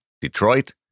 Detroit